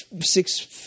six